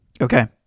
okay